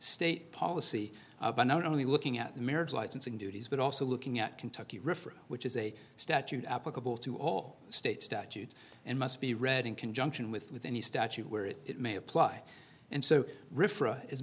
state policy by not only looking at the marriage license and duties but also looking at kentucky which is a statute applicable to all state statutes and must be read in conjunction with with any statute where it may apply and so